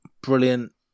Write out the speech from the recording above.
brilliant